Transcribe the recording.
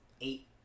eight